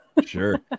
Sure